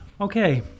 Okay